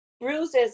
bruises